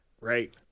Right